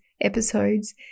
episodes